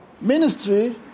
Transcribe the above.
Ministry